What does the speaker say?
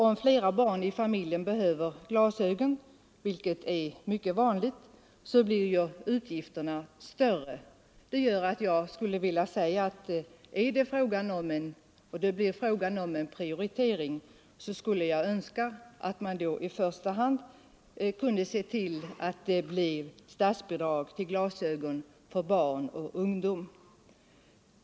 Om flera barn i familjen behöver glasögon, vilket är mycket vanligt, blir utgifterna större. Blir det fråga om prioritering skulle jag därför önska att man i första hand lämnade statsbidrag till glasögon för barn och ungdom.